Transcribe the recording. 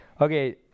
Okay